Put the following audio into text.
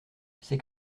c’est